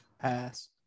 Pass